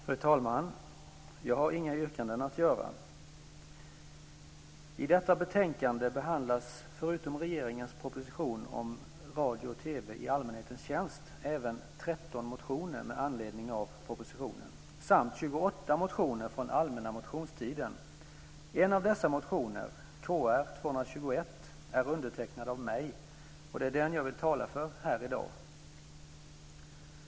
Fru talman! Jag har inga yrkanden att göra. I detta betänkande behandlas förutom regeringens proposition om radio och TV i allmänhetens tjänst även 13 motioner med anledning av propositionen samt 28 motioner från allmänna motionstiden. En av dessa motioner, Kr221, är undertecknad av mig, och det är den jag vill tala för här i dag.